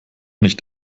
nicht